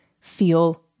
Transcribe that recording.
feel